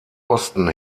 osten